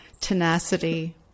tenacity